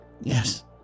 Yes